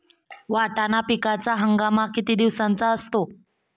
वाटाणा पिकाचा हंगाम किती दिवसांचा असतो?